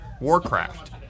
Warcraft